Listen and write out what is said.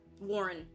Warren